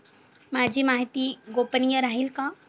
माझी माहिती गोपनीय राहील का?